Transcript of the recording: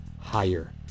higher